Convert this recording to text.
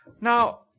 Now